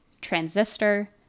Transistor